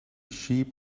sheep